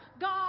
God